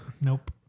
Nope